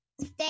stay